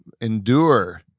endure